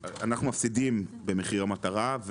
אנחנו מפסידים ממחיר המטרה,